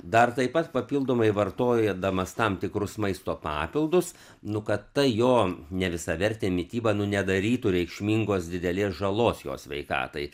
dar taip pat papildomai vartoja damastam tikrus maisto papildus nu kad ta jo nevisavertė mityba nu nedarytų reikšmingos didelės žalos jo sveikatai